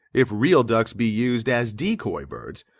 if real ducks be used as decoy-birds,